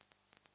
Grazie